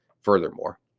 furthermore